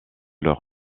leur